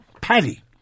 Paddy